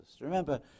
Remember